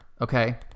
okay